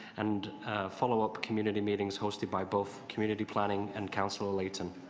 and follow up community meetings hosted by both community planning and council layton.